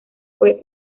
fue